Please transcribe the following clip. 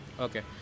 Okay